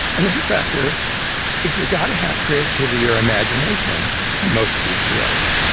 another factor is you got to have creativity or imagination in most of these fields.